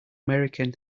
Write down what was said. american